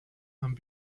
and